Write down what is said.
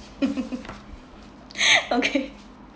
okay